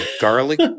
garlic